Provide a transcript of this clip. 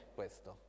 questo